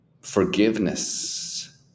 forgiveness